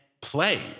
play